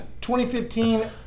2015